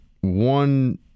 One